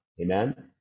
Amen